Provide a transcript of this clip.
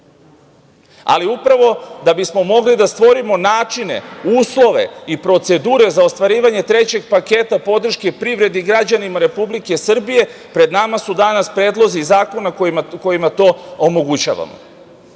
Srbije. Da bismo mogli da stvorimo načine, uslove i procedure za ostvarivanje trećeg paketa podrške privredi i građanima Republike Srbije, pred nama su danas predlozi zakona kojima to omogućavamo. Kada